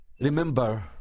Remember